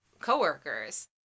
co-workers